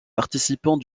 participant